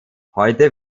heute